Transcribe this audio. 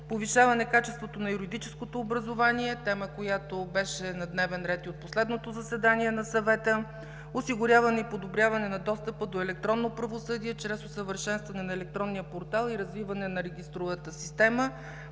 повишаване качеството на юридическото образование – тема, която беше на дневен ред и от последното заседание на Съвета; осигуряване и подобряване на достъпа до електронно правосъдие, чрез усъвършенстване на електронния портал и развиване на регистровата система;